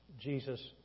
Jesus